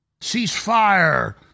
ceasefire